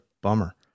bummer